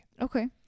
okay